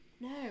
No